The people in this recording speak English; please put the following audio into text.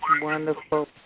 wonderful